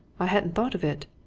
i hadn't thought of it.